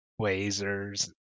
lasers